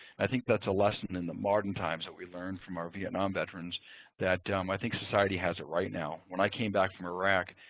i think that's a lesson in the modern times that we learned from our vietnam veterans that um i think society has it right now. when i came back from iraq,